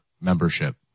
membership